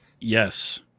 Yes